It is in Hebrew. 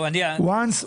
וואנס,